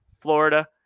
Florida